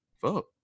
Fuck